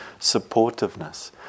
supportiveness